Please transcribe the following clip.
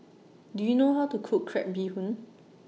Do YOU know How to Cook Crab Bee Hoon